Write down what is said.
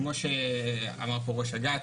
כמו שאמר פה ראש אג"ת,